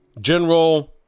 General